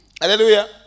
Hallelujah